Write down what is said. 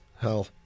hell